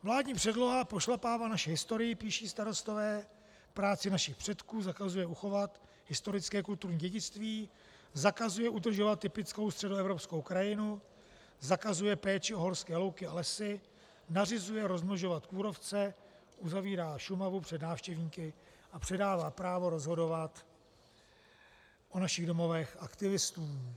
Vládní předloha pošlapává naši historii, píší starostové, práci našich předků, zakazuje uchovat historické kulturní dědictví, zakazuje udržovat typickou středoevropskou krajinu, zakazuje péči o horské louky a lesy, nařizuje rozmnožovat kůrovce, uzavírá Šumavu před návštěvníky a předává právo rozhodovat o našich domovech aktivistům.